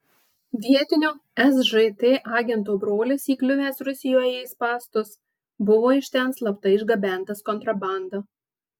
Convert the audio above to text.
vietinio sžt agento brolis įkliuvęs rusijoje į spąstus buvo iš ten slapta išgabentas kontrabanda